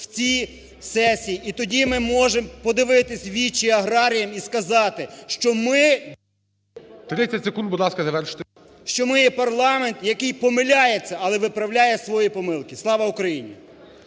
у цій сесії. І тоді ми зможемо подивитись в очі аграріям і сказати, що ми… ГОЛОВУЮЧИЙ. 30 секунд. Будь ласка, завершуйте. ЛЮШНЯК М.В. … що ми є парламент, який помиляється, але виправляє свої помилки. Слава Україні!